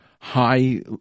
high